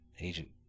Agent